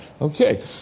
Okay